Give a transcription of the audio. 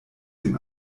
dem